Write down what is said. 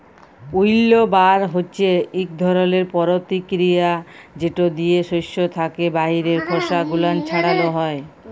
উইল্লবার হছে ইক ধরলের পরতিকিরিয়া যেট দিয়ে সস্য থ্যাকে বাহিরের খসা গুলান ছাড়ালো হয়